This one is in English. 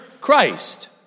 Christ